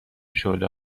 شعله